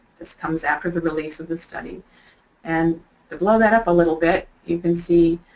this comes after the release of the study and to blow that up a little bit, you can see